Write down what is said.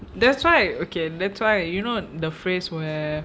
that's why okay that's why you know the phrase where